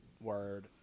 word